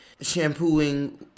shampooing